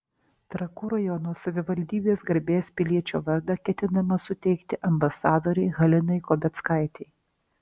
trakų rajono savivaldybės garbės piliečio vardą ketinama suteikti ambasadorei halinai kobeckaitei